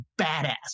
badass